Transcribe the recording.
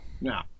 No